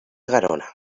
garona